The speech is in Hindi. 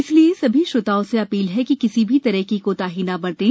इसलिए सभी श्रोताओं से अपील है कि किसी भी तरह की कोताही न बरतें